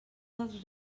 els